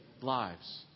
lives